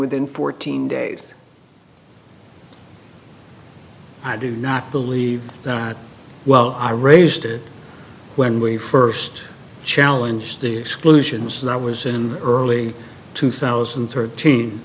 within fourteen days i do not believe that well i raised it when we first challenge the exclusions that was in early two thousand and thirteen